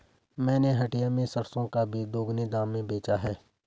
मैंने हटिया में सरसों का बीज दोगुने दाम में बेचा है